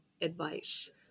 advice